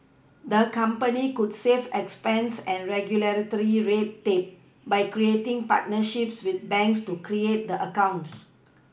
the company could save expense and regulatory red tape by creating partnerships with banks to create the accounts